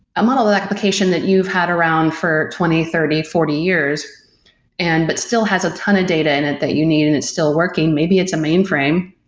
a monolithic application that you've had around for twenty, thirty, forty years and but still has a ton of data in it that you need and it's still working, maybe it's a mainframe.